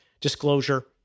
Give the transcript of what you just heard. disclosure